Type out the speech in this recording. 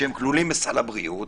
שכלולים בסל הבריאות,